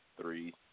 three